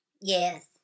Yes